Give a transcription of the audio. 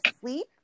sleep